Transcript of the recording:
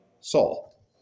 Saul